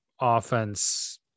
offense